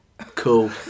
Cool